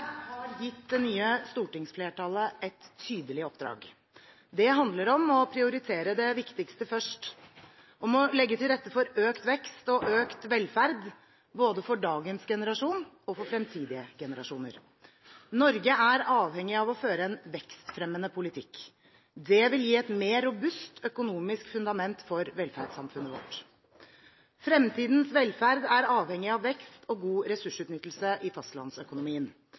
har gitt det nye stortingsflertallet et tydelig oppdrag. Det handler om å prioritere det viktigste først, om å legge til rette for økt vekst og økt velferd, både for dagens generasjon og for fremtidige generasjoner. Norge er avhengig av å føre en vekstfremmende politikk. Det vil gi et mer robust økonomisk fundament for velferdssamfunnet vårt. Fremtidens velferd er avhengig av vekst og god ressursutnyttelse i fastlandsøkonomien.